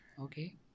Okay